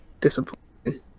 disappointing